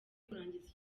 kurangiza